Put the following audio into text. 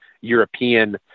European